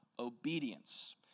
obedience